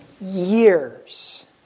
years